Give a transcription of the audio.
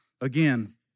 again